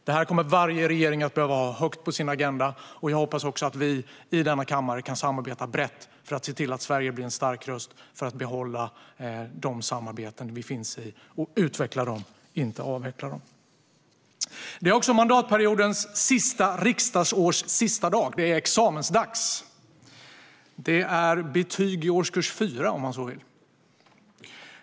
Detta kommer varje regering att behöva ha högt på sin agenda. Jag hoppas också att vi i denna kammare kan samarbeta brett för att se till att Sverige blir en stark röst för att behålla de samarbeten som vi finns i och utveckla dem, inte avveckla dem. I dag är mandatperiodens och riksdagsårets sista dag. Det är examensdags. Det är betyg i årskurs 4, om man så vill.